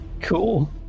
Cool